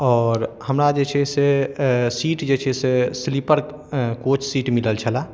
आओर हमरा जे छै से सीट जे छै से स्लीपर कोच सीट मिलल छलै